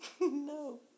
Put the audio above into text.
No